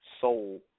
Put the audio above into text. soul